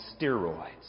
steroids